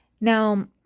Now